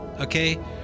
Okay